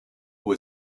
who